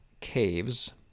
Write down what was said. Caves